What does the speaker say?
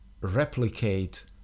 replicate